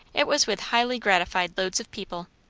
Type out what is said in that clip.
it was with highly gratified loads of people.